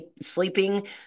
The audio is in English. sleeping